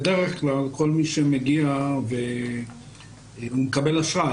בדרך כלל כל מי שמגיע מקבל אשרה,